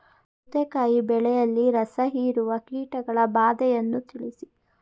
ಸೌತೆಕಾಯಿ ಬೆಳೆಯಲ್ಲಿ ರಸಹೀರುವ ಕೀಟಗಳ ಬಾಧೆಯನ್ನು ತಿಳಿಸಿ?